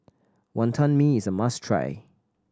Wonton Mee is a must try